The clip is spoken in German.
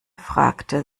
fragte